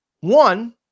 one